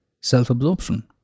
Self-absorption